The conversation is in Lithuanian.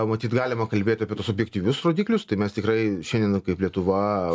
matyt galima kalbėt apie tuos objektyvius rodiklius tai mes tikrai šiandien kaip lietuva